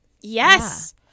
yes